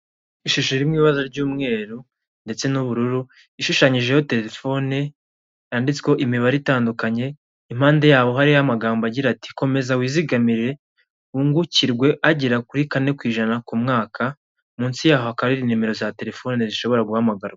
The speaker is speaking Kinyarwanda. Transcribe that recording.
Ishushorimo iba ry'umweru ndetse n'ubururu ishushanyijeho telefone yanditsweho imibare itandukanye impande yaho hariyo amagambo agira ati: " Komeza wizigamire wungukirwe agera kuri kane ku ijana ku mwaka. " Munsi yaho hakaba hari nimero za telefoni zishobora guhamagarwa.